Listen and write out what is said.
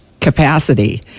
Capacity